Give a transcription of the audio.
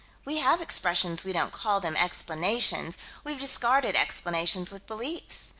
we have expressions we don't call them explanations we've discarded explanations with beliefs.